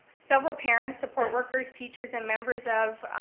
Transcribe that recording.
several parents support workers, teachers and members of,